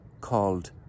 called